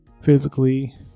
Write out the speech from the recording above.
physically